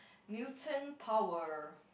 newton power